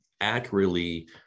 accurately